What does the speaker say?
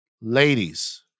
ladies